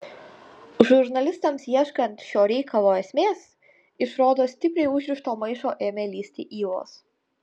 žurnalistams ieškant šio reikalo esmės iš rodos stipriai užrišto maišo ėmė lįsti ylos